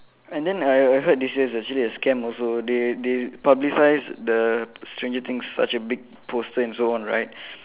and then I I heard this year's actually a scam also they they publicise the stranger things such a big poster and so on right